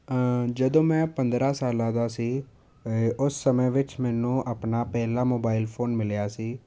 ਜਦੋਂ ਮੈਂ ਪੰਦਰਾਂ ਸਾਲਾਂ ਦਾ ਸੀ ਉਸ ਸਮੇਂ ਵਿੱਚ ਮੈਨੂੰ ਆਪਣਾ ਪਹਿਲਾ ਮੋਬਾਈਲ ਫੋਨ ਮਿਲਿਆ ਸੀ